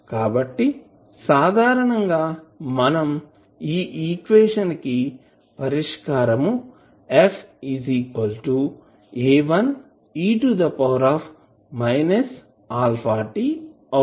కాబట్టి సాధారణంగా మనం ఈ ఈక్వేషన్ కి పరిష్కారం f A1e αt అవుతుంది